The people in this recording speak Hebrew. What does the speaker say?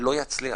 לא יצליח,